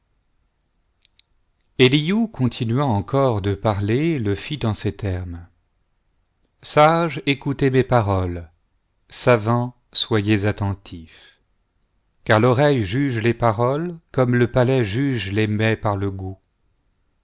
continuant encore de parler le fit en ces termes sages écoutez mes paroles savants soyez attentifs car l'oreille juge les paroles comme le palais juge les mets par le goût